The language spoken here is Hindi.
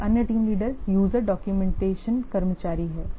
एक अन्य टीम लीडर यूजर डॉक्यूमेंटेशन कर्मचारी हैं